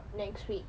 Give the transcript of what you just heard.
next week